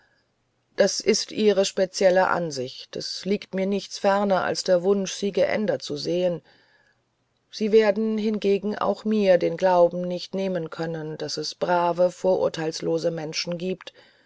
das ist ihre spezielle ansicht es liegt mir nichts ferner als der wunsch sie geändert zu sehen sie werden hingegen auch mir den glauben nicht nehmen können daß es brave vorurteilslose menschen gibt